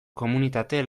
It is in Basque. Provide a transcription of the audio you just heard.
komunitate